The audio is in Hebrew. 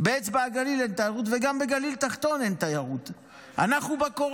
באצבע הגליל אין תיירות וגם בגליל התחתון אין תיירות.